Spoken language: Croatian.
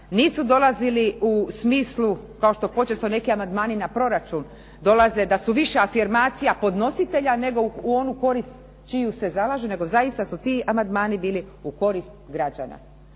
Nisu dolazili u smislu kao počesto neki amandmani na proračun dolaze, da su više afirmacija podnositelja, nego u oni korist čiju se zalaže, nego zaista su ti amandmani bili u korist građana.